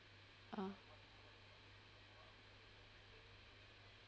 ah